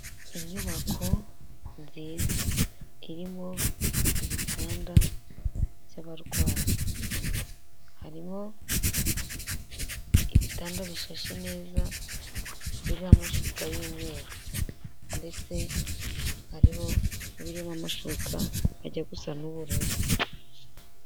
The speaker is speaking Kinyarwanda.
Inyubako nziza irimo ibitanda by'abarwayi, harimo ibitanda bishashe neza biriho amashuka y'umweru ndetse hariho n'ibirimo amashuka ajya gusa n'ubururu.